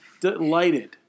delighted